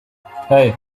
hey